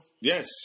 Yes